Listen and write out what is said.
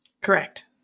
Correct